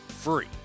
Free